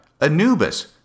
Anubis